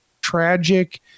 tragic